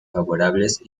favorables